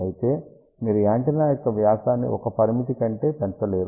అయితే మీరు యాంటెన్నా యొక్క వ్యాసాన్ని ఒక పరిమితి కంటే పెంచలేరు